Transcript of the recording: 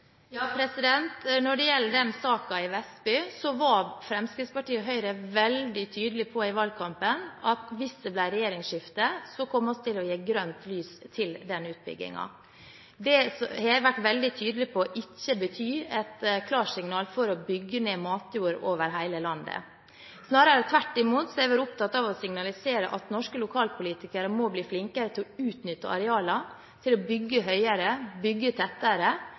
Når det gjelder den saken i Vestby, var Fremskrittspartiet og Høyre veldig tydelige på i valgkampen at hvis det ble regjeringsskifte, kom vi til å gi grønt lys til den utbyggingen. Jeg har vært veldig tydelig på at det ikke betyr et klarsignal for å bygge ned matjord over hele landet. Jeg har snarere tvert imot vært opptatt av å signalisere at norske lokalpolitikere må bli flinkere til å utnytte arealene, til å bygge høyere, bygge tettere